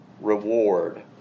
reward